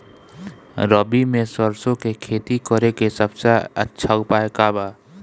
रबी में सरसो के खेती करे के सबसे अच्छा उपाय का बा?